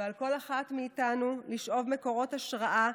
ועל כל אחת מאיתנו לשאוב מקורות השראה,